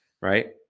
right